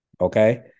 Okay